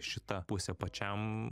šita pusė pačiam